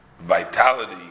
vitality